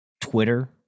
twitter